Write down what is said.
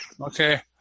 okay